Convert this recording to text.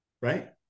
right